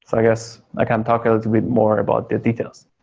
i guess, i can talk a little bit more about the details.